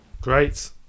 great